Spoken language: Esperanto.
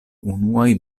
unuaj